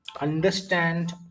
understand